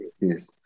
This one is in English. Yes